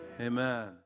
Amen